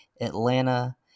Atlanta